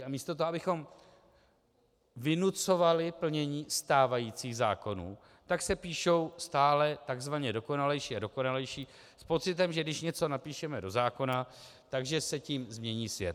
A místo toho, abychom vynucovali plnění stávajících zákonů, tak se píšou stále tzv. dokonalejší a dokonalejší s pocitem, že když něco napíšeme do zákona, tak že se tím změní svět.